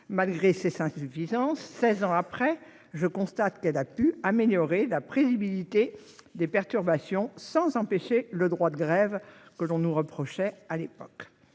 Malgré ses insuffisances, seize ans après, je constate qu'elle a pu améliorer la prévisibilité des perturbations sans empêcher le droit de grève- on nous reprochait à l'époque